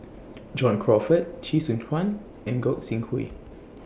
John Crawfurd Chee Soon Juan and Gog Sing Hooi